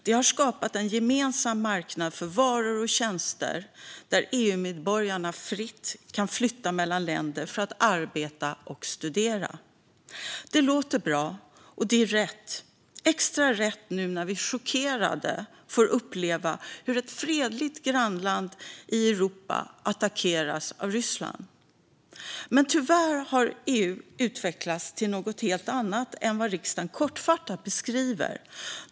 De har skapat en gemensam marknad för varor och tjänster och där EU-medborgarna fritt kan flytta mellan länderna för att arbeta och studera." Det låter bra, och det är rätt - extra rätt nu när vi chockerade får uppleva hur ett fredligt grannland i Europa attackeras av Ryssland. Men tyvärr har EU utvecklats till något helt annat än vad riksdagen kortfattat beskriver.